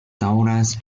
daŭras